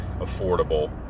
affordable